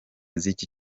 z’iki